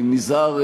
אני נזהר,